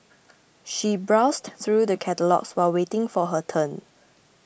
she browsed through the catalogues while waiting for her turn